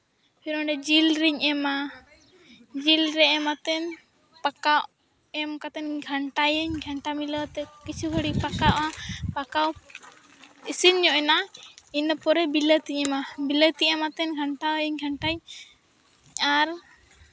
ᱯᱷᱤᱨ ᱚᱸᱰᱮ ᱡᱤᱞ ᱨᱤᱧ ᱮᱢᱟ ᱡᱤᱞ ᱨᱮ ᱮᱢ ᱟᱛᱮᱱ ᱯᱟᱠᱟ ᱮᱢ ᱠᱟᱛᱮᱱ ᱜᱷᱟᱱᱴᱟᱭᱟᱹᱧ ᱜᱷᱟᱱᱴᱟ ᱢᱤᱞᱟᱹᱣ ᱟᱛᱮ ᱠᱤᱪᱷᱩ ᱜᱷᱟᱹᱲᱤᱡ ᱯᱟᱠᱟᱜᱼᱟ ᱯᱟᱠᱟᱣ ᱤᱥᱤᱱ ᱧᱚᱜ ᱮᱱᱟ ᱤᱱᱟᱹ ᱯᱚᱨᱮ ᱵᱤᱞᱟᱹᱛᱤᱧ ᱮᱢᱟ ᱵᱤᱞᱟᱹᱛᱤ ᱮᱢ ᱟᱛᱮᱱ ᱜᱷᱟᱱᱴᱟᱭᱟᱹᱧ ᱜᱷᱟᱱᱴᱟᱭᱟᱹᱧ ᱟᱨ